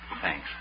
Thanks